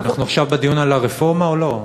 אנחנו עכשיו בדיון על הרפורמה או לא?